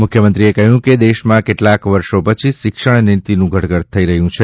મુખ્યમંત્રીશ્રીએ કહ્યું કે દેશમાં કેટલાય વર્ષો પછી શિક્ષણ નીતિનું ઘડતર થઇ રહ્યું છે